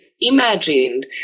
imagined